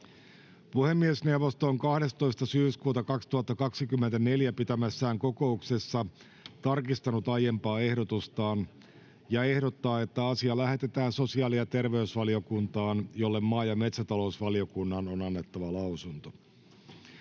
Puhemiesneuvosto on 12.9.2024 pitämässään kokouksessa tarkistanut aiempaa ehdotustaan ja ehdottaa, että asia lähetetään sosiaali- ja terveysvaliokuntaan, jolle maa- ja metsätalousvaliokunnan on annettava lausunto.